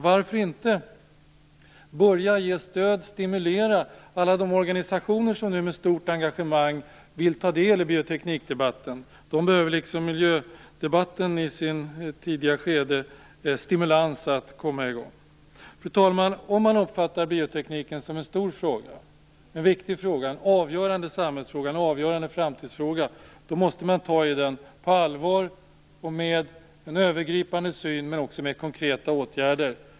Varför inte börja ge stöd till och stimulera alla de organisationer som nu med stort engagemang vill ta del i bioteknikdebatten? De behöver, liksom miljödebatten i sitt tidiga skede, stimulans för att komma i gång. Fru talman! Om man uppfattar biotekniken som en stor och viktig fråga, en avgörande samhälls och framtidsfråga måste man ta den på allvar och ha en övergripande syn, men man måste också vidta konkreta åtgärder.